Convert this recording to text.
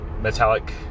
metallic